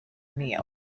meal